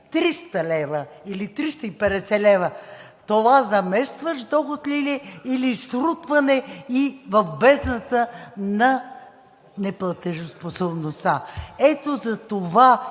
300 лв. или 350 лв. – това заместващ доход ли е, или срутване в бездната на неплатежоспособността. Ето затова